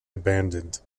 abandoned